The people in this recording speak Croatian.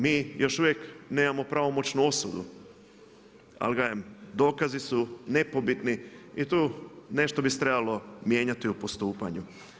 Mi još uvijek nemamo pravomoćnu osudu, ali dokazi su nepobitni i tu nešto bi se trebalo mijenjati u postupanju.